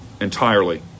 entirely